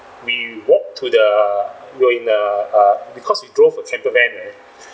we walked to the we're in a uh because we drove a campervan right